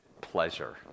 pleasure